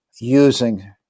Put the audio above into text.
using